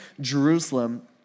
Jerusalem